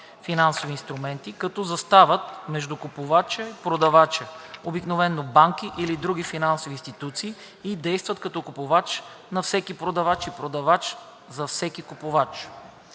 (финансови инструменти), като застават между купувача и продавача (обикновено банки или други финансови институции) и действат като купувач за всеки продавач и продавач за всеки купувач.